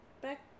Back